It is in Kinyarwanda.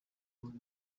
dukora